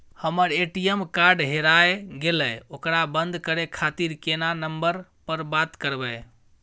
हमर ATM card हेराय गेले ओकरा बंद करे खातिर केना नंबर पर बात करबे?